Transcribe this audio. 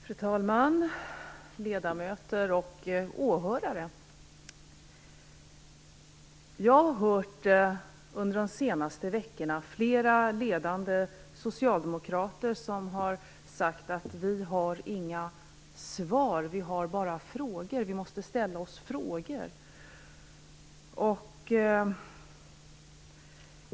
Fru talman! Ledamöter och åhörare! Under de senaste veckorna har jag hört flera ledande socialdemokrater säga att de inte har några svar utan bara frågor. Vi måste ställa oss frågor.